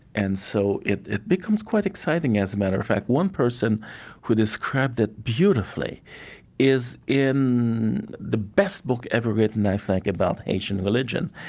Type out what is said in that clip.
and so, it, it becomes quite exciting, as a matter of fact. one person who described it beautifully is in the best book ever written, i think, about haitian religion,